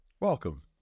Welcome